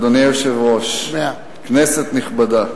אדוני היושב-ראש, כנסת נכבדה,